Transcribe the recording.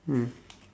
mm